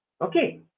Okay